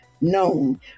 known